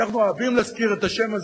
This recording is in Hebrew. אבל אם אין לנו עניין בדבר הזה,